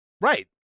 Right